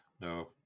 No